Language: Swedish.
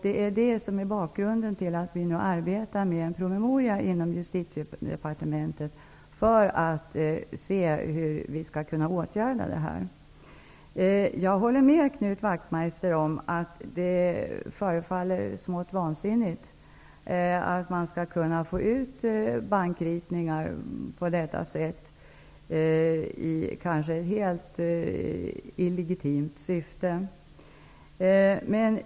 Detta är bakgrunden till att vi inom Justitiedepartementet arbetar med en promemoria för att se hur problemet skall åtgärdas. Jag håller med Knut Wachtmeister om att det förefaller smått vansinnigt att det på detta sätt skall gå att få ut bankvalvsritningar i kanske helt illegitimt syfte.